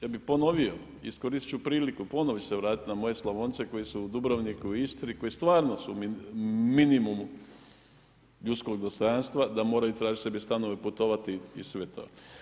Ja bih ponovio, iskoristit ću priliku, ponovno bih se vratio na moje Slavonce koji su u Dubrovniku, u Istri koji stvarno su minimum ljudskog dostojanstva da moraju tražit sebi stanove, putovati i sve to.